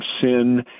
sin